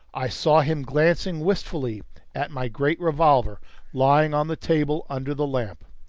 i saw him glancing wistfully at my great revolver lying on the table under the lamp.